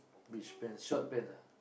beach pants short pants ah